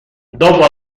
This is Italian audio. dopo